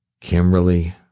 Kimberly